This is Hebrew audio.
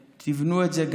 תבנו את זה.